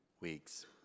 weeks